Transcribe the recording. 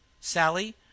sally